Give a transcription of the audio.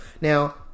Now